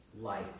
Light